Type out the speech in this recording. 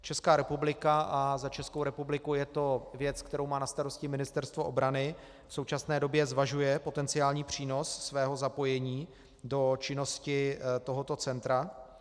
Česká republika, a za Českou republiku je to věc, kterou má na starosti Ministerstvo obrany, v současné době zvažuje potenciální přínos svého zapojení do činnosti tohoto centra.